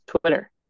Twitter